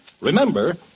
Remember